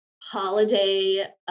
holiday